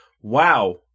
Wow